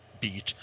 beat